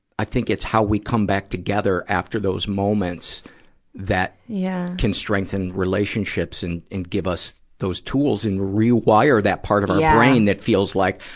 i think it's how we come back together after those moments that yeah can strengthen relationships and, and give us those tools and rewire that part of our brain that feels like,